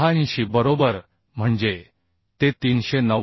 86 बरोबर म्हणजे ते 390